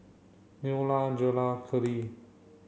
Neola Jerod Keeley